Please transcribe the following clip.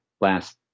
last